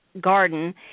garden